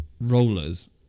Rollers